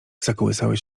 zakołysały